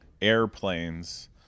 airplanes